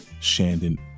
Shandon